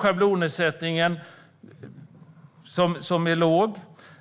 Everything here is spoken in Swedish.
Schablonersättningen är låg